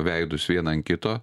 veidus vieną ant kito